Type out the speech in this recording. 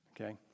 Okay